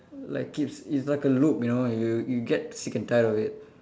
like it's it's like a loop you know you you get sick and tired of it